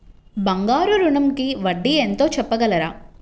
బంగారు ఋణంకి వడ్డీ ఎంతో చెప్పగలరా?